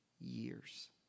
years